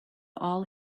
all